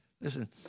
Listen